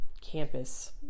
campus